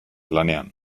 lanean